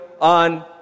on